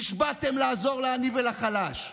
נשבעתם לעזור לעני ולחלש,